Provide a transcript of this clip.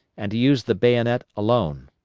and to use the bayonet alone.